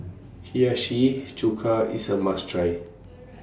Hiyashi Chuka IS A must Try